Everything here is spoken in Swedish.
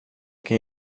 kan